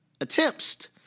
attempts